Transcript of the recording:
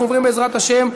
אנחנו עוברים, בעזרת השם,